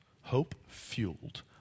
hope-fueled